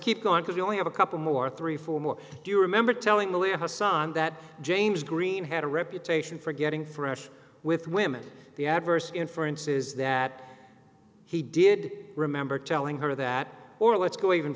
keep going because you only have a couple more three four more you remember telling the liaison that james green had a reputation for getting fresh with women the adverse inference is that he did remember telling her that or let's go even